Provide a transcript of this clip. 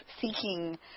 seeking